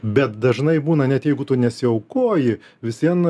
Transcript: bet dažnai būna net jeigu tu nesiaukoji visiems